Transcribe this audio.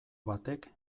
batek